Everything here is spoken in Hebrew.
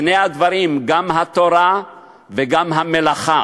שני הדברים: גם התורה וגם המלאכה.